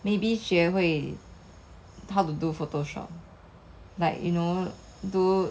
if 我要学 new skills ah 我会想要 like hmm